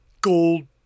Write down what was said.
gold